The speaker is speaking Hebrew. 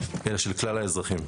אלא של כלל האזרחים.